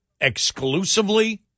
exclusively